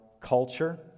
culture